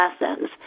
lessons